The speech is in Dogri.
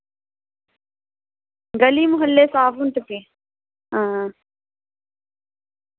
गली म्हल्ले साफ होई चुके अं